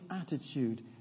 attitude